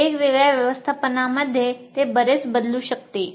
वेगवेगळ्या व्यवस्थापनांमध्ये ते बरेच बदलू शकतात